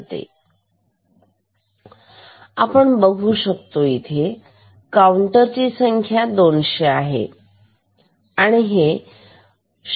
तरआपण बघू शकतो काउंटर ची संख्या 200 आहे आणि हे 0